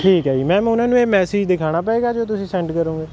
ਠੀਕ ਹੈੈੈੈੈੈੈੈੈ ਜੀ ਮੈਮ ਉਨ੍ਹਾਂ ਨੂੰ ਇਹ ਮੈਸਿਜ ਦਿਖਾਉਣਾ ਪਵੇਗਾ ਜੋ ਤੁਸੀਂ ਸੈਂਡ ਕਰੋਂਗੇ